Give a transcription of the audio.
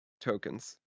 tokens